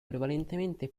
prevalentemente